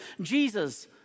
Jesus